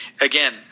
again